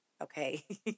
Okay